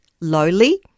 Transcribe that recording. lowly